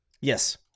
Yes